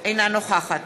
אינה נוכחת